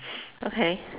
okay